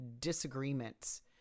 disagreements